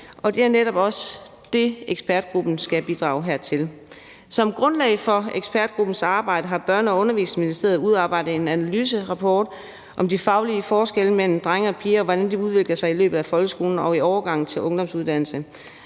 Og det er netop også det, ekspertgruppen skal bidrage til. Som grundlag for ekspertgruppens arbejde har Børne- og Undervisningsministeriet udarbejdet en analyserapport om de faglige forskelle mellem drenge og piger og om, hvordan de udvikler sig i løbet af folkeskolen og i overgangen til ungdomsuddannelse.